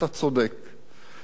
שתינו כוס קפה,